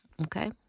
okay